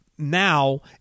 now